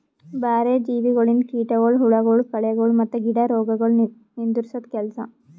ಬ್ಯಾರೆ ಜೀವಿಗೊಳಿಂದ್ ಕೀಟಗೊಳ್, ಹುಳಗೊಳ್, ಕಳೆಗೊಳ್ ಮತ್ತ್ ಗಿಡ ರೋಗಗೊಳ್ ನಿಂದುರ್ಸದ್ ಕೆಲಸ